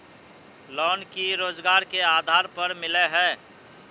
Loan की रोजगार के आधार पर मिले है?